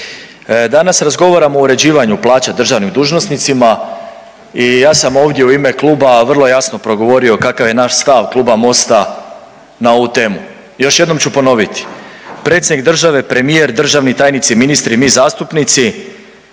Danas razgovaramo o uređivanju plaća državnim dužnosnicima i ja sam ovdje u ime kluba vrlo jasno progovorio kakav je naš stav Kluba Mosta na ovu temu. Još jednom ću ponoviti, predsjednik države, premijer, državni tajnici, ministri i mi zastupnici